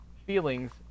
Feelings